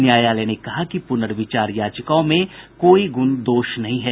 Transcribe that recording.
न्यायालय ने कहा कि पूनर्विचार याचिकाओं में कोई गुण दोष नहीं है